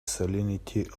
salinity